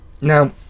Now